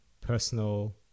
personal